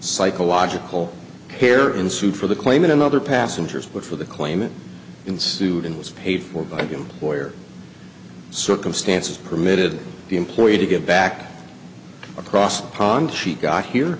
psychological care ensued for the claimant and other passengers but for the claimant ensued and was paid for by the employer circumstances permitted the employee to get back across the pond she got here